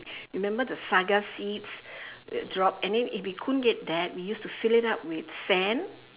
remember the saga seeds drop and then if we couldn't get that we used to fill it up with sand